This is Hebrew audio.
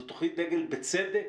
זאת תוכנית דגל בצדק,